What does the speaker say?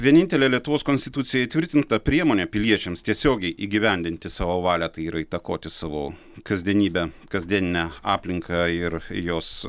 vienintelė lietuvos konstitucijoj įtvirtinta priemonė piliečiams tiesiogiai įgyvendinti savo valią tai yra įtakoti savo kasdienybę kasdieninę aplinką ir jos